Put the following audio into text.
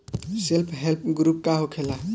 Self help group का होखेला?